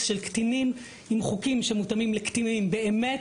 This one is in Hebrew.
של קטינים עם חוקים שמותאמים לקטינים באמת.